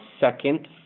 second